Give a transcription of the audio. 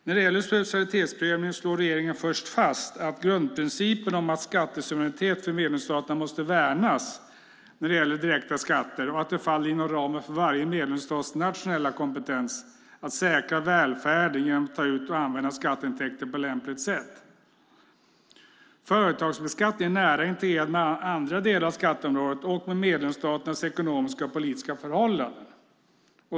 När det gäller subsidiaritetsprövningen slår regeringen först fast att grundprincipen om skattesuveränitet för medlemsstaterna måste värnas när det gäller direkta skatter och att det faller inom ramen för varje medlemsstats nationella kompetens att säkra välfärden genom att ta ut och använda skatteintäkter på lämpligt sätt. Företagsbeskattningen är nära integrerad med andra delar av skatteområdet och med medlemsstaternas ekonomiska och politiska förhållanden.